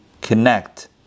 connect